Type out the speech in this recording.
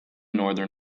northern